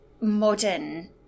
modern